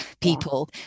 people